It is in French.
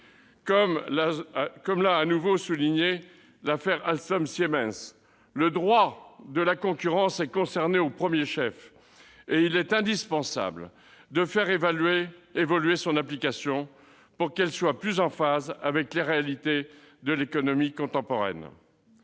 l'a une nouvelle fois prouvé : le droit de la concurrence est concerné au premier chef, et il est indispensable de faire évoluer son application pour qu'elle soit plus en phase avec les réalités de l'économie contemporaine.